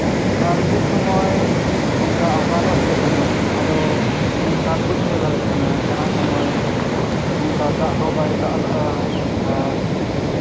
ᱟᱨ ᱢᱤᱫ ᱥᱚᱢᱚᱭ ᱚᱱᱠᱟ ᱟᱠᱟᱞ ᱦᱚᱸ ᱦᱮᱡ ᱠᱟᱱᱟ ᱟᱫᱚ ᱤᱧ ᱥᱟᱞ ᱵᱟᱹᱧ ᱩᱭᱦᱟᱹᱨ ᱫᱟᱲᱮᱭᱟᱜ ᱠᱟᱱᱟ ᱡᱟᱦᱟᱸ ᱥᱚᱢᱚᱭ ᱚᱱᱠᱟ ᱫᱟᱜ ᱦᱚᱸ ᱵᱟᱭ ᱫᱟᱜ ᱞᱟᱜᱼᱟ ᱟᱨ